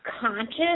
conscious